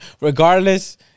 Regardless